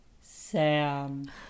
Sam